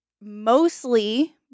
Mostly